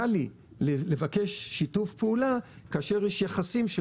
קל לי לבקש שיתוף פעולה כאשר יש יחסים של